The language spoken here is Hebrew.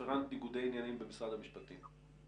רפרנט ניגודי עניינים במשרד המשפטים.